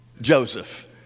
Joseph